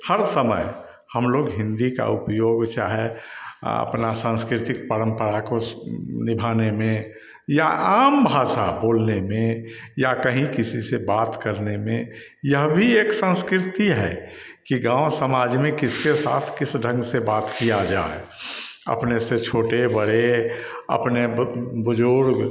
हर समय हमलोग हिन्दी का उपयोग चाहे अपनी साँस्कृतिक परम्परा को निभाने में या आम भाषा बोलने में या कहीं किसी से बात करने में यह भी एक सँस्कृति है कि गाँव समाज में किसके साथ किस ढंग से बात की जाए अपने से छोटे बड़े अपने बुज बुज़ुर्ग